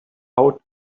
out